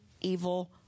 evil